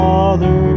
Father